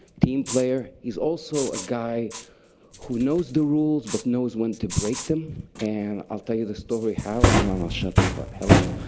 team player, he's also a guy who knows the rules but knows when to break them. and i'll tell you the story how and then i'll shut the hell up.